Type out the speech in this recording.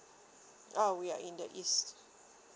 oh ya in the east